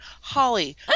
Holly